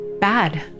bad